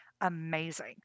amazing